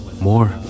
more